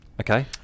okay